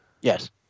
Yes